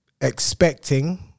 Expecting